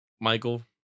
michael